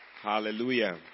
hallelujah